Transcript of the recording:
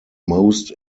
most